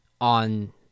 on